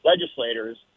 legislators